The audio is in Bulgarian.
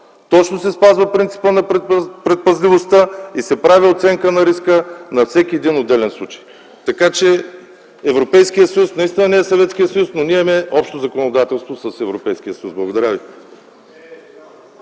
точно се спазва принципът на предпазливостта и се прави оценка на риска на всеки един отделен случай, така че Европейският съюз наистина не е Съветският съюз, но ние имаме общо законодателство с Европейския съюз. Благодаря ви.